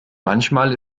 manchmal